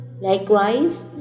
Likewise